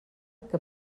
que